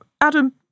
Adam